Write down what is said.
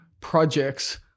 projects